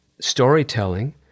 storytelling